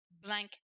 blank